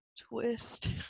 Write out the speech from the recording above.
Twist